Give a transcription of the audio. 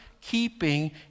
keeping